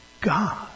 God